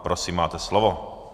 Prosím máte slovo.